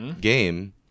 game